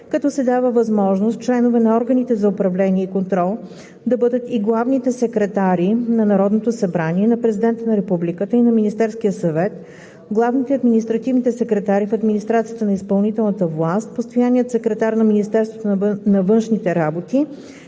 като се дава възможност членове на органите за управление и контрол да бъдат и главните секретари на Народното събрание, на Президента на Републиката и на Министерския съвет, главните и административните секретари в администрацията на изпълнителната власт, постоянният секретар на Министерството на външните работи